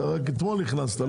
אתמול נכנסת.